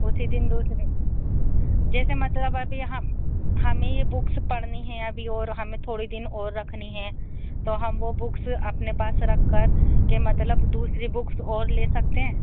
اسی دن دوسری جیسے مطلب ابھی ہم ہمیں یہ بکس پڑھنی ہیں ابھی اور ہمیں تھوڑی دن اور رکھنی ہے تو ہم وہ بکس اپنے پاس رکھ کر کہ مطلب دوسری بکس اور لے سکتے ہیں